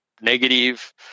negative